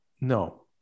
no